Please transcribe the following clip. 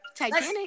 Titanic